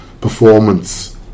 performance